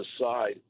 aside